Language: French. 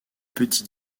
petits